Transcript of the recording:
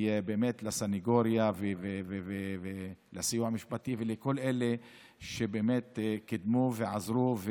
לסנגוריה ולסיוע המשפטי ולכל אלה שקידמו ועזרו,